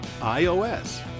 iOS